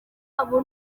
wabo